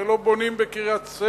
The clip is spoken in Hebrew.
ולא בונים בקריית-ספר,